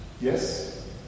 Yes